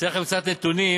אתן לכם קצת נתונים,